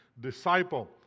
disciple